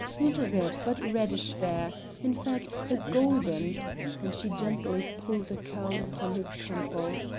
not red, but reddish fair in fact, a golden and she gently pulled a curl upon his temple.